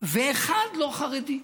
ואחד לא חרדי.